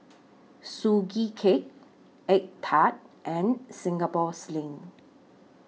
Sugee Cake Egg Tart and Singapore Sling